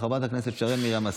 חברת הכנסת שרן מרים השכל,